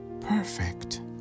perfect